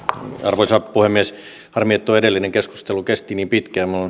arvoisa puhemies harmi että tuo edellinen keskustelu kesti niin pitkään